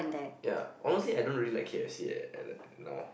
ya honestly I don't really like K_F_C eh now